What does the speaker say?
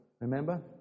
Remember